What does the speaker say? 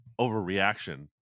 overreaction